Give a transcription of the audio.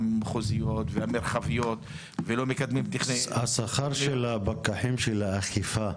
המחוזיות וגם המרחביות ולא מקדמים --- השכר של פקחי האכיפה,